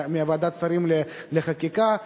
מוועדת השרים לענייני חקיקה,